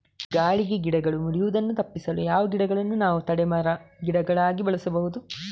ಗಾಳಿಗೆ ಗಿಡಗಳು ಮುರಿಯುದನ್ನು ತಪಿಸಲು ಯಾವ ಗಿಡಗಳನ್ನು ನಾವು ತಡೆ ಮರ, ಗಿಡಗಳಾಗಿ ಬೆಳಸಬಹುದು?